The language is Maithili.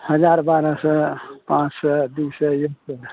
हजार बारह सए पॉँच सए दू सए एक सए